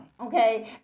okay